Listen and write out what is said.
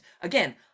Again